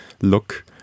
look